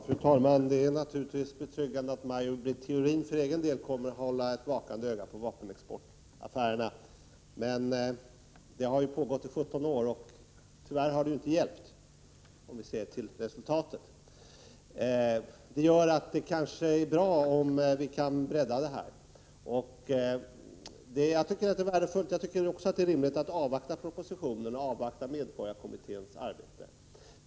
Fru talman! Det är naturligtvis betryggande att Maj Britt Theorin för egen del kommer att hålla ett vakande öga på vapenexportaffärerna. Men det har ju pågått i 17 år och tyvärr har det ju inte hjälpt — om vi ser till resultatet. Det gör att det kanske är bra om vi kan bredda kontrollen. Jag tycker också att det är rimligt att avvakta propositionen och medborgarkommitténs arbete.